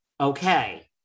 Okay